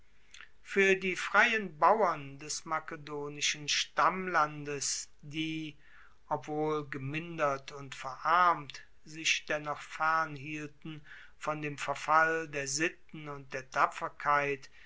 fuer die freien bauern des makedonischen stammlandes die obwohl gemindert und verarmt sich doch fernhielten von dem verfall der sitten und der tapferkeit